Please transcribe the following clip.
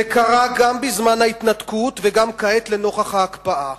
זה קרה גם בזמן ההתנתקות וגם כעת, לנוכח ההקפאה.